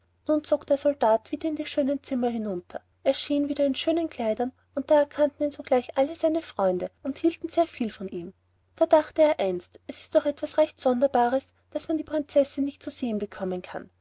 nun zog der soldat wieder in die schönen zimmer hinunter erschien wieder in schönen kleidern und da erkannten ihn sogleich alle seine freunde und hielten sehr viel von ihm da dachte er einst es ist doch etwas recht sonderbares daß man die prinzessin nicht zu sehen bekommen kann